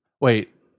Wait